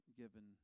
given